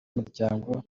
w’umuryango